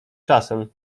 czasem